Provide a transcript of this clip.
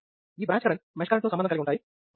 ఈ branch current mesh current తో సంబంధం కలిగి ఉంటాయి